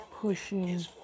pushing